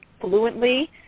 fluently